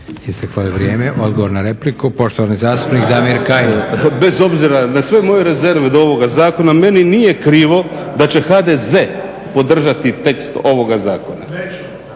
Isteklo je vrijeme. Odgovor na repliku poštovani zastupnik Damir Kajin. **Kajin, Damir (Nezavisni)** Bez obzira na sve moje rezerve do ovoga zakona meni nije krivo da će HDZ podržati tekst ovoga zakona.